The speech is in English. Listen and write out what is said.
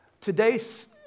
Today's